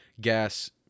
gas